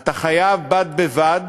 אתה חייב בד בבד